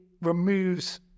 removes